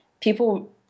people